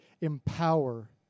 empower